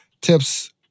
tips